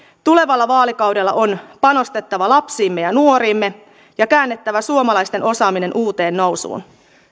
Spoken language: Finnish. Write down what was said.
tulevalla vaalikaudella on panostettava lapsiimme ja nuoriimme ja käännettävä suomalaisten osaaminen uuteen nousuun